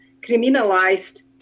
criminalized